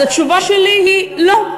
אז התשובה שלי היא: לא.